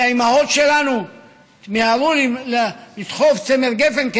כי האימהות שלנו מיהרו לתחוב צמר גפן,